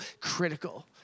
critical